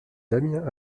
damien